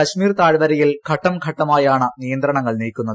കശ്മീർ താഴ്വരയിൽ ഘട്ടംഘട്ടമായാണ് നിയന്ത്രണങ്ങൾ നീക്കുന്നത്